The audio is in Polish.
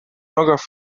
nogach